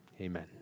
Amen